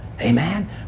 amen